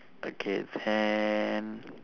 okay then